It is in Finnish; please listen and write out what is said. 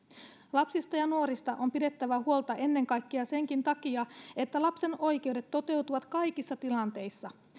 lapsista ja nuorista on pidettävä huolta ennen kaikkea senkin takia että lapsen oikeudet toteutuvat kaikissa tilanteissa